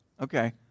Okay